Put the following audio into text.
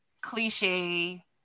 cliche